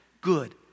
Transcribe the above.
good